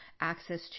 access